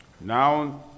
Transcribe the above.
Now